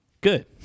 Good